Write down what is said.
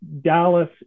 Dallas